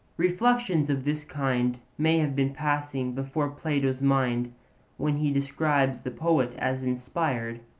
reflections of this kind may have been passing before plato's mind when he describes the poet as inspired,